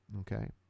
Okay